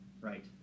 Right